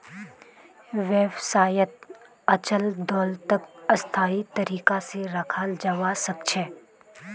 व्यवसायत अचल दोलतक स्थायी तरीका से रखाल जवा सक छे